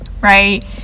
right